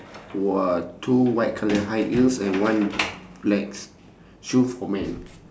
!wah! two white colour high heels and one black s~ shoe for man